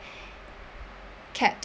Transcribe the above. capped